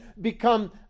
become